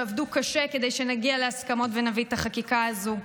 שעבדו קשה כדי שנגיע להסכמות ונביא את החקיקה הזאת.